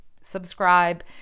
subscribe